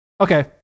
Okay